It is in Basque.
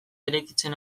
eraikitzen